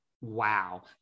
wow